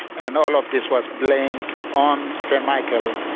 and all of this was blamed on sir michael.